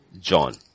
John